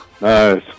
Nice